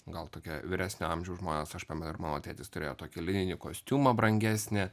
gal tokia vyresnio amžiaus žmones aš pamenu ir mano tėtis turėjo tokią lininį kostiumą brangesnį